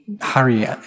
hurry